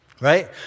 right